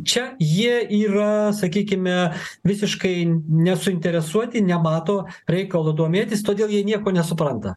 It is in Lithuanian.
čia jie yra sakykime visiškai nesuinteresuoti nemato reikalo domėtis todėl jie nieko nesupranta